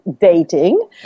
dating